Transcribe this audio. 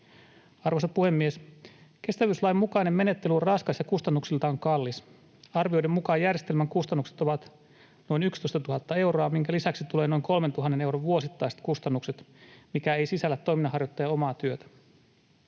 Arvoisa puhemies! Kestävyyslain mukainen menettely on raskas ja kustannuksiltaan kallis. Arvioiden mukaan järjestelmän kustannukset ovat noin 11 000 euroa, minkä lisäksi tulee noin 3 000 euron vuosittaiset kustannukset, mikä ei sisällä toiminnanharjoittajan omaa työtä.